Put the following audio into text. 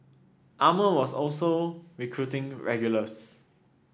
Armour was also recruiting regulars